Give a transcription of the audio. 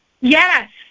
Yes